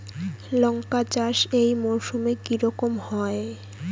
লঙ্কা চাষ এই মরসুমে কি রকম হয়?